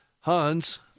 Hans